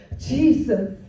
Jesus